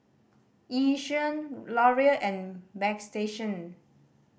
Yishion Laurier and Bagstationz